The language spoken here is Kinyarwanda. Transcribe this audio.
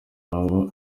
baba